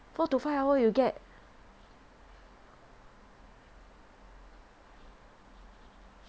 four to five hour you get